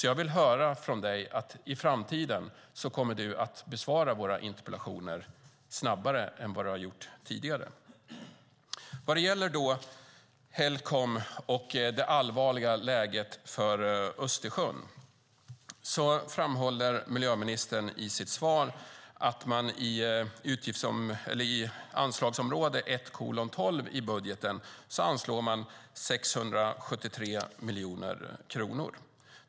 Jag vill höra från dig att du i framtiden kommer att besvara våra interpellationer snabbare än du har gjort tidigare. Vad gäller Helcom och det allvarliga läget för Östersjön framhåller miljöministern i sitt svar att man i budgetpropositionen föreslår att anslaget 1:12 ska vara 673 miljoner kronor.